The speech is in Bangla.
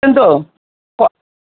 বুঝলেন তো